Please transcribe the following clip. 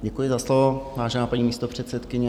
Děkuji za slovo, vážená paní místopředsedkyně.